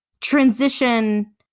transition